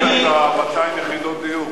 יש לך 200 יחידות דיור.